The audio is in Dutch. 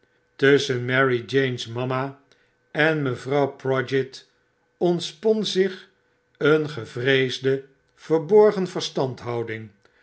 tusschen marie jane's mama en mevrouw prodgit ontspon zich een gevreesde verborgen verstandhouding